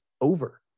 over